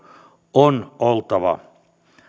on oltava